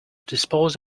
dispose